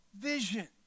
vision